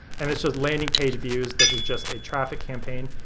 and it shows landing page views. this is just a traffic campaign.